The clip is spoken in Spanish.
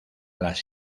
las